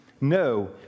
No